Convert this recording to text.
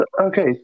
Okay